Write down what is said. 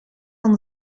van